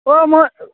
অঁ মই